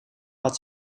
had